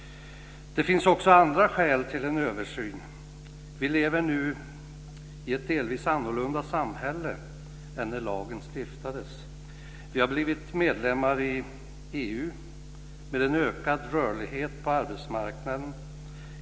Det finns också andra skäl till en översyn. Vi lever nu i ett delvis annorlunda samhälle än när lagen stiftades. Vi har blivit medlemmar i EU med en ökad rörlighet på arbetsmarknaden.